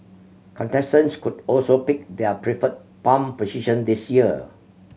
contestants could also pick their preferred palm position this year